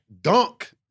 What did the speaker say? dunk